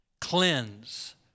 cleanse